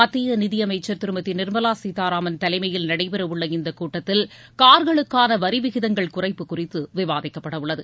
மத்திய நிதியமைச்சர் திருமதி நிர்மலா கீதாராமன் தலைமையில் நடைபெறவுள்ள இந்த கூட்டத்தில் கார்களுக்கான வரி விகிதங்கள் குறைப்பு குறித்து விவாதிக்கப்பட உள்ளது